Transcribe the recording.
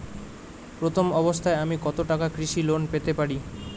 প্রথম অবস্থায় আমি কত টাকা কৃষি লোন পেতে পারি?